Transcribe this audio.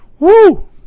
Woo